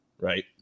right